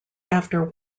after